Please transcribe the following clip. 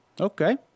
Okay